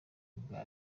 ubwa